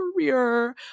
career